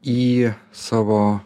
į savo